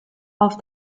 auf